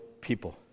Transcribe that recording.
people